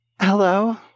hello